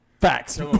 Facts